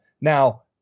now